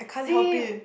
same